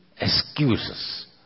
excuses